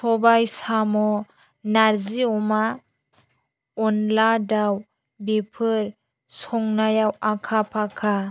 सबाय साम' नार्जि अनला दाव बेफोर संनायाव आखा फाखा